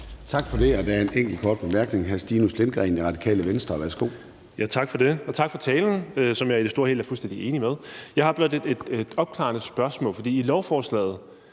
Tak for det. Der er en enkelt kort bemærkning. Hr. Stinus Lindgreen, Radikale Venstre, værsgo. Kl. 10:40 Stinus Lindgreen (RV): Tak for det, og tak for talen, som jeg i det store hele er fuldstændig enig i. Jeg har blot et opklarende spørgsmål. I lovforslaget